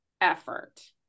effort